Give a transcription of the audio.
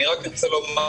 אני רוצה לומר